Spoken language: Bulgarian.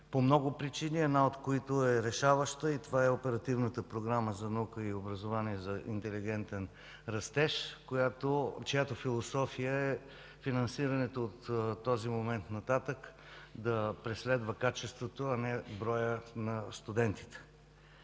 по много причини, една от които е решаваща и това е Оперативната програма за „Наука и образование за интелигентен растеж”, чиято философия е финансирането от този момент нататък да преследва качеството, а не броя на студентите.